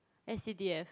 s_c_d_f